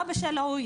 אבא שלו,